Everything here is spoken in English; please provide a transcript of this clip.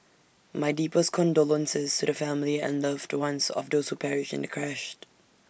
my deepest condolences to the families and loved ones of those who perished in the crashed